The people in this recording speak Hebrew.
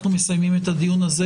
אנחנו מסיימים את הדיון הזה